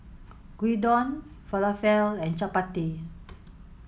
Gyudon Falafel and Chapati